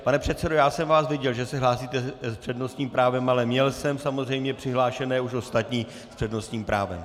Pane předsedo, já jsem vás viděl, že se hlásíte s přednostním právem, ale měl jsem samozřejmě přihlášené už ostatní s přednostním právem.